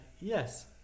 Yes